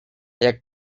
jak